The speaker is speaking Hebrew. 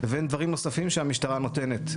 לבין דברים נוספים שהמשטרה נותנת,